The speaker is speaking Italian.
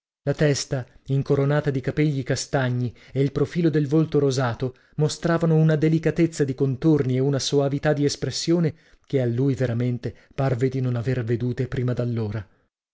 la testa incoronata di capegli castagni e il profilo del volto rosato mostravano una delicatezza di contorni e una soavità di espressione che a lui veramente parve di non aver vedute prima d'allora